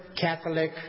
Catholic